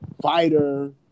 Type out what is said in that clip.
fighter